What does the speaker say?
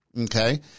okay